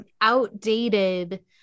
Outdated